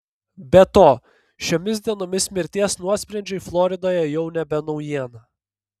be to šiomis dienomis mirties nuosprendžiai floridoje jau nebe naujiena